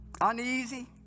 uneasy